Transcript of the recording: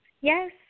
Yes